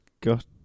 got